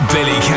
Billy